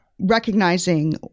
recognizing